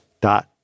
Dot